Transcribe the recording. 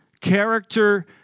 character